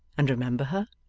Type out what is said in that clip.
and remember her